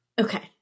Okay